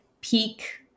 peak